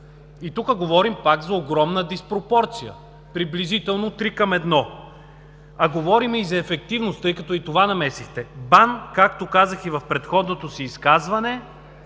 И тук говорим пак за огромна диспропорция, приблизително три към едно, а говорим и за ефективност, тъй като и това намесихте. БАН, както казах и в предходното си изказване,